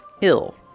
ill